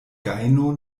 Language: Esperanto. gajno